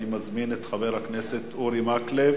אני מזמין את חבר הכנסת אורי מקלב.